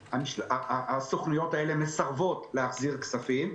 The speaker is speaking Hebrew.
הסוכנויות האלה מסרבות להחזיר כספים.